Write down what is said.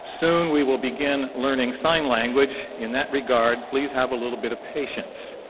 soon we will begin learning sign language. in that regard, please have a little bit of patience.